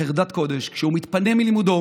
בחרדת קודש, כשהוא מתפנה מלימודו